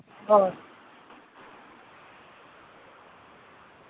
ᱦᱳᱭ